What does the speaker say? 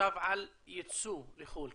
ועכשיו על יצוא לחו"ל.